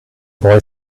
boy